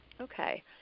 Okay